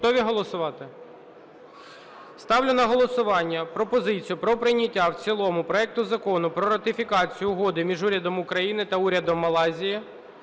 Ставлю на голосування пропозицію про прийняття в цілому проекту Закону про ратифікацію Угоди між Урядом України та Урядом Малайзії